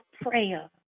prayer